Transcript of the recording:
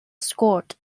scored